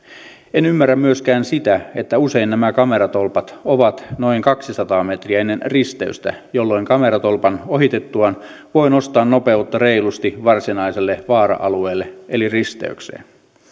en ymmärrä myöskään sitä että usein nämä kameratolpat ovat noin kaksisataa metriä ennen risteystä jolloin kameratolpan ohitettuaan voi nostaa nopeutta reilusti varsinaiselle vaara alueelle eli risteykseen